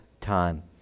time